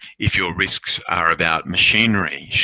if your risks are about machinery,